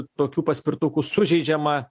tokių paspirtukų sužeidžiama